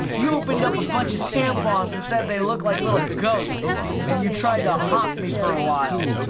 you opened up a bunch of tampons and said they looked like little ghosts and you tried to haunt me for a while.